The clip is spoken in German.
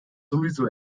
sowieso